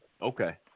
Okay